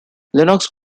lennox